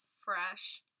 fresh